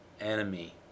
enemy